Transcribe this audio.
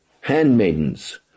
handmaidens